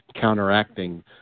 counteracting